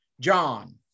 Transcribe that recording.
John